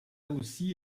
aussi